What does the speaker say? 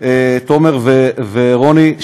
תומר ורוני,